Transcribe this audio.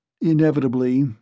Inevitably